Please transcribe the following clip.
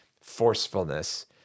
forcefulness